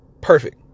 perfect